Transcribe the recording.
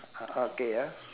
ah okay ah